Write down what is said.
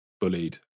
bullied